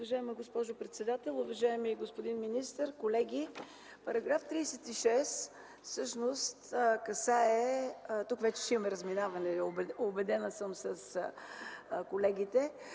Уважаема госпожо председател, уважаеми господин министър, колеги! Параграф 36 всъщност касае – тук вече ще имаме разминаване с колегите,